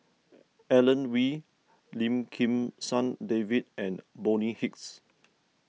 Alan Oei Lim Kim San David and Bonny Hicks